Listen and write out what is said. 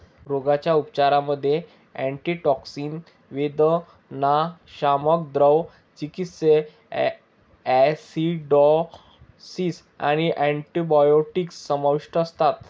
रोगाच्या उपचारांमध्ये अँटीटॉक्सिन, वेदनाशामक, द्रव चिकित्सा, ॲसिडॉसिस आणि अँटिबायोटिक्स समाविष्ट असतात